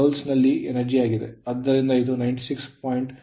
ಆದ್ದರಿಂದ ಇದು 96